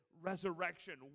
resurrection